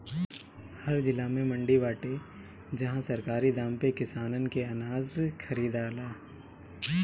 हर जिला में मंडी बाटे जहां सरकारी दाम पे किसान सन के अनाज खरीदाला